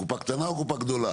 קופה קטנה או קופה גדולה?